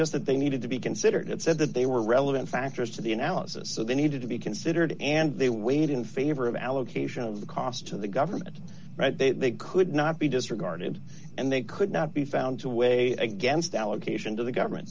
just that they needed to be considered it said that they were relevant factors to the analysis so they needed to be considered and they weighed in favor of allocation of the cost to the government they they could not be disregarded and they could not be found to weigh against allocation to the government